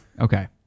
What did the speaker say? Okay